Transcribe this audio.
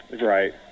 Right